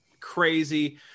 crazy